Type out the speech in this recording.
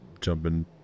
jumping